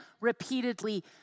repeatedly